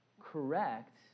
correct